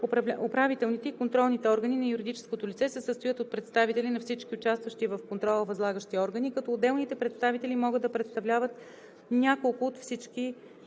управителните и контролните органи на юридическото лице се състоят от представители на всички участващи в контрола възлагащи органи, като отделните представители могат да представляват няколко или всички